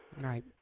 Right